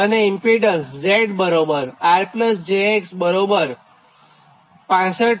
અને impedance Z R j X બરાબર 65